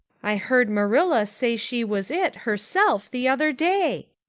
i heard marilla say she was it, herself, the other day.